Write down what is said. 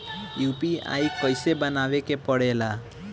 UPI कइसे बनावे के परेला?